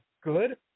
good